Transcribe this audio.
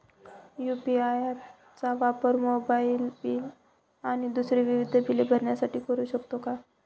UPI app चा वापर mobile bill आणि दुसरी विविध बिले भरण्यासाठी करू शकतो का?